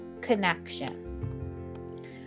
connection